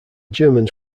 germans